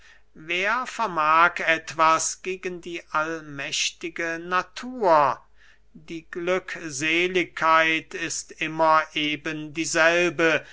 wer vermag etwas gegen die allmächtige natur die glückseligkeit ist immer eben dieselbe